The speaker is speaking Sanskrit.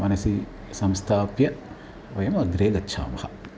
मनसि संस्थाप्य वयम् अग्रे गच्छामः